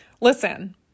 Listen